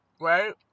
Right